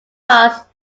parts